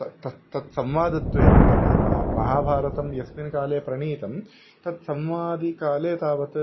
त तत् तत् संवादत्वेन तन्नाम महाभारतं यस्मिन् काले प्रणीतं तत् संवादिकाले तावत्